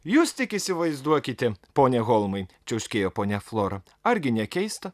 jūs tik įsivaizduokite pone holmai čiauškėjo ponia flora argi ne keista